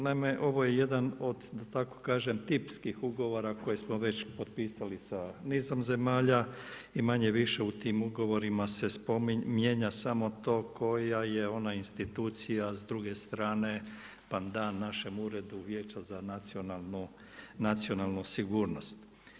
Naime, ovo je jedan od da tako kažem, tipskih ugovora koji smo već potpisali sa nizom zemalja, i manje-više u tim ugovorima se mijenja samo to koja je ona institucija s druge strane pandan našem Uredu Vijeća za nacionalnu sigurnost.